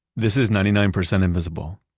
this is ninety nine percent invisible.